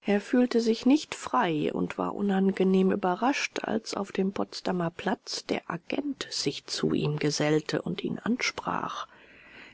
er fühlte sich nicht frei und war unangenehm überrascht als auf dem potsdamer platz der agent sich zu ihm gesellte und ihn ansprach